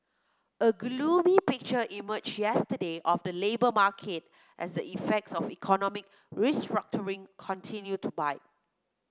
a gloomy picture emerged yesterday of the labour market as the effects of economic restructuring continue to bite